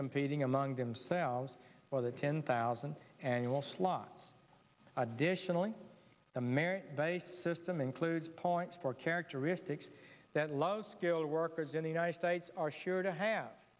competing among themselves for the ten thousand annual slots additionally the merit based system includes points for characteristics that love skilled workers in the united states are sure to ha